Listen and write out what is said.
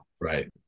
Right